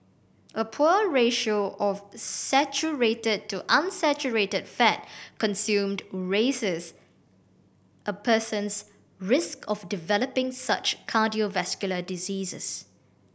a poor ratio of saturated to unsaturated fat consumed raises a person's risk of developing such cardiovascular diseases